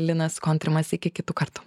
linas kontrimas iki kitų kartų